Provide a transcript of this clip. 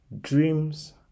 dreams